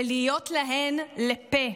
ולהיות להן לפה.